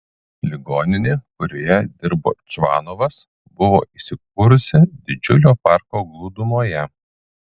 ligoninė kurioje dirbo čvanovas buvo įsikūrusi didžiulio parko glūdumoje